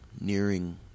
nearing